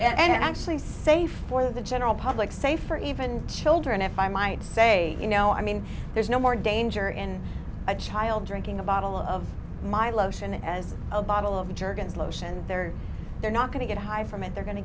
yeah and i actually say for the general public safe or even children if i might say you know i mean there's no more danger in a child drinking a bottle of my lotion as a bottle of jergens lotion they're they're not going to get high from it they're going to